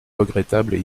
regrettables